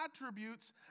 attributes